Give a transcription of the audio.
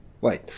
Wait